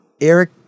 Eric